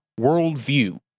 worldview